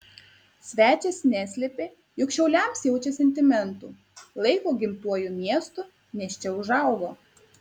svečias neslėpė jog šiauliams jaučia sentimentų laiko gimtuoju miestu nes čia užaugo